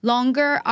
Longer